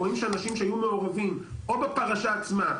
רואים אנשים שהיו מעורבים - או בפרשה עצמה,